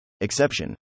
Exception